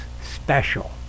special